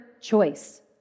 choice